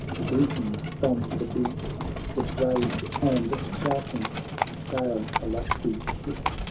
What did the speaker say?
the grecians from the deep with rage and shouting scale the lofty ship,